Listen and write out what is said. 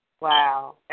wow